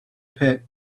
pit